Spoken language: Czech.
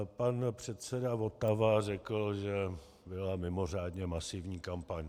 Pan předseda Votava řekl, že byla mimořádně masivní kampaň.